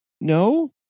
no